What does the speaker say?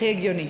הכי הגיוני.